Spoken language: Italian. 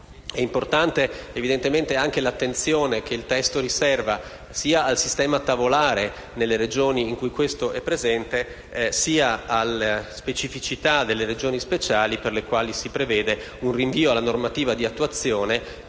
È importante anche l'attenzione che il testo riserva sia al sistema tavolare, nelle Regioni in cui esso è presente, sia alle specificità delle Regioni a statuto speciale, per cui si prevede un rinvio alla normativa di attuazione,